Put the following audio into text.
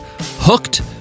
Hooked